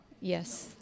yes